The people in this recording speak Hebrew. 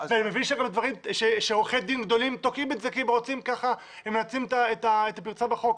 אני מבין שעורכי דין גדולים תוקעים את זה כי הם מנצלים את הפרצה בחוק.